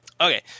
Okay